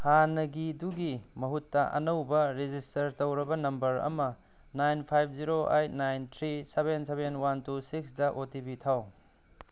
ꯍꯥꯟꯅꯒꯤ ꯗꯨꯒꯤ ꯃꯍꯨꯠꯇ ꯑꯅꯧꯕ ꯔꯤꯖꯤꯁꯇꯔ ꯇꯧꯔꯕ ꯅꯝꯕꯔ ꯑꯃ nine five zero eight nine three seven seven one two ꯁꯤꯛꯁꯇ ꯑꯣ ꯇꯤ ꯄꯤ ꯊꯥꯎ